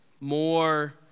more